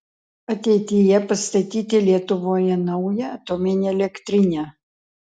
ateityje pastatyti lietuvoje naują atominę elektrinę